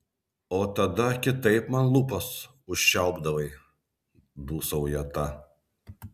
o tada kitaip man lūpas užčiaupdavai dūsauja ta